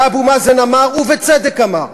ואבו מאזן אמר, ובצדק אמר,